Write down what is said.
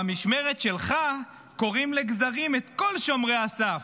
במשמרת שלך קורעים לגזרים את כל שומרי הסף: